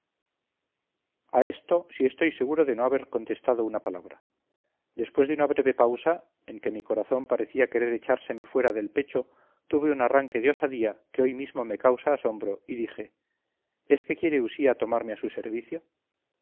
a esto sí estoy seguro de no haber contestado una palabra después de una breve pausa en que mi corazón parecía querer echárseme fuera del pecho tuve un arranque de osadía que hoy mismo me causa asombro y dije es que quiere usía tomarme a su servicio